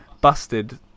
busted